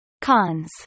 Cons